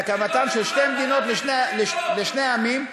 את האופציה להקמתן של שתי מדינות לשני העמים,